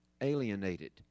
Alienated